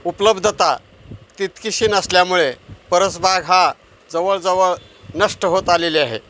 उपलब्धता तितकीशी नसल्यामुळे परसबाग हा जवळजवळ नष्ट होत आलेले आहे